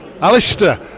Alistair